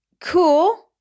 Cool